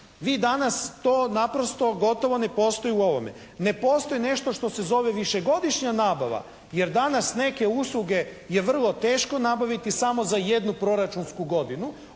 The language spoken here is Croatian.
Vi danas to naprosto gotovo ne postoji u ovome, ne postoji nešto što se zove višegodišnja nabava, jer danas neke usluge je vrlo teško nabaviti samo za jednu proračunsku godinu,